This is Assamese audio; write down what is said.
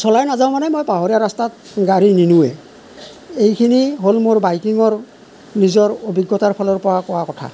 চলাই নাযাওঁ মানে মই পাহাৰীয়া ৰাস্তাত গাড়ী নিনোৱেই এইখিনি হ'ল মোৰ বাইকিঙৰ নিজৰ অভিজ্ঞতাৰ ফালৰ পৰা কোৱা কথা